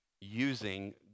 using